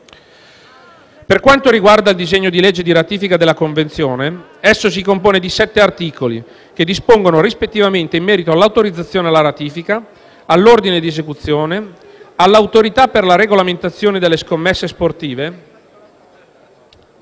Per quanto riguarda il disegno di legge di ratifica della Convenzione, esso si compone di sette articoli che dispongono rispettivamente in merito all'autorizzazione alla ratifica, all'ordine di esecuzione, all'autorità per la regolamentazione delle scommesse sportive,